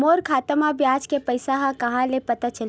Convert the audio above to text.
मोर खाता म ब्याज के पईसा ह कहां ले पता चलही?